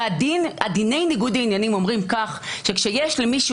ודיני ניגוד העניינים אומרים כך שכאשר יש למישהו